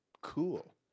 cool